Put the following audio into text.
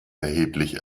erheblich